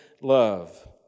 love